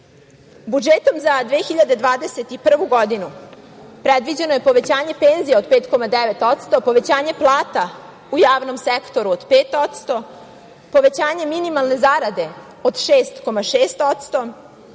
Budžetom za 2021. godinu, predviđeno je povećanje penzija od 5,9%, povećanje plata u javnom sektoru od 5%, povećanje minimalne zarade od 6,6%